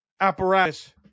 apparatus